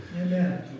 Amen